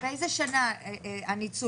באיזו שנה הניצול?